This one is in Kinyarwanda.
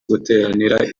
guteranira